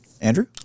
Andrew